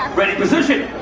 ready, position,